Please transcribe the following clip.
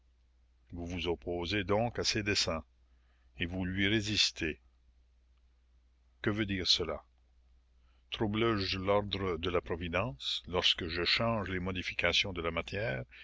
vous vous opposez donc à ses desseins et vous lui résistez que veut dire cela troublé je l'ordre de la providence lorsque je change les modifications de la matière